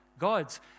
gods